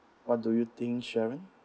what do you think sharon